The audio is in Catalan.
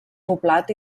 poblat